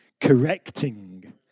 correcting